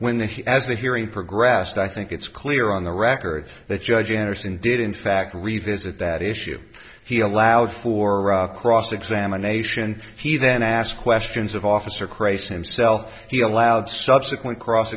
when the he as the hearing progressed i think it's clear on the record that judge anderson did in fact revisit that issue he allowed for cross examination he then asked questions of officer christ himself he allowed subsequent cross